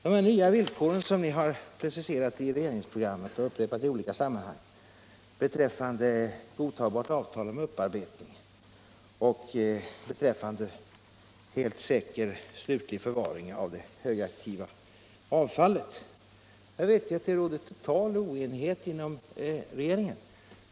De nya villkor som ni har preciserat i regeringsprogrammet och upprepat i olika sammanhang beträffande godtagbart avtal om upparbetning och helt säker slutlig förvaring av det högaktiva avfallet råder det som vi vet total oenighet om inom regeringen.